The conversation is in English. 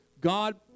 God